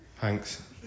Thanks